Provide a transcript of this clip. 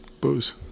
Booze